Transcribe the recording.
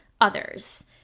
others